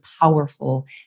powerful